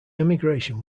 emigration